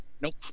Nope